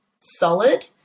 solid